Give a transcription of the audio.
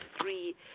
three